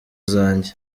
zanjye